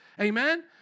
Amen